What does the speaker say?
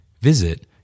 Visit